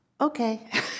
okay